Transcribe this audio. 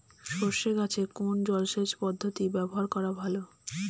সরষে গাছে কোন জলসেচ পদ্ধতি ব্যবহার করা ভালো?